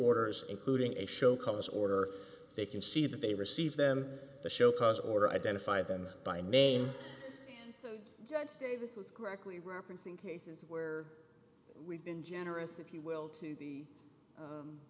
orders including a show cause order they can see that they received them to show cause or identify them by name davis with correctly referencing cases where we've been generous if you will to